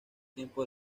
tiempo